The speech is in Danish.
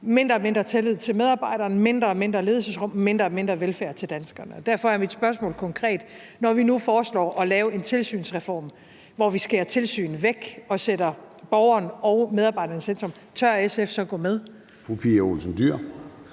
mindre og mindre tillid til medarbejderne, mindre og mindre ledelsesrum og mindre og mindre velfærd til danskerne. Derfor er mit spørgsmål konkret: Når vi nu foreslår at lave en tilsynsreform, hvor vi skærer tilsynet væk og sætter borgeren og medarbejderen i centrum, tør SF så at gå med?